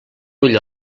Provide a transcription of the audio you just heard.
ull